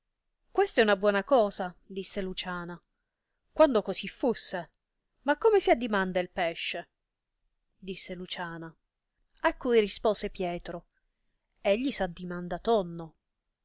questa è una buona cosa disse luciana quando così fusse ma come si addimanda il pesce disse luciana a cui rispose pietro egli s addimanda tonno